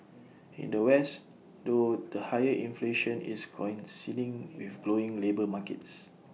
in the west though the higher inflation is coinciding with glowing labour markets